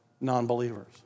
non-believers